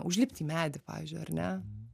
užlipti į medį pavyzdžiui ar ne